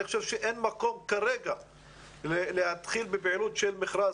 אני חושב שאין מקום כרגע להתחיל בפעילות של מכרז